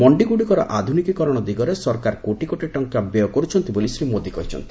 ମଣ୍ଡିଗୁଡ଼ିକର ଆଧୁନିକୀକରଣ ଦିଗରେ ସରକାର କୋଟି କୋଟି ଟଙ୍କା ବ୍ୟୟ କରୁଛନ୍ତି ବୋଲି ଶ୍ରୀ ମୋଦି କହିଚ୍ଛନ୍ତି